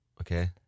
Okay